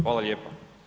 Hvala lijepo.